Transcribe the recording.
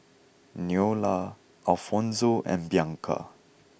Neola Alfonzo and Bianca